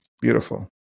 Beautiful